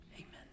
Amen